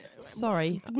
Sorry